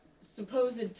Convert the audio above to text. Supposed